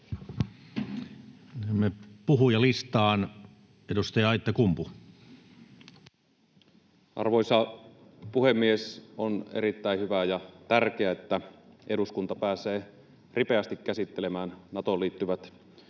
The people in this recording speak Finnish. Time: 14:08 Content: Arvoisa puhemies! On erittäin hyvä ja tärkeää, että eduskunta pääsee ripeästi käsittelemään Natoon liittyvät